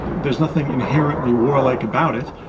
there's nothing inherently warlike about it,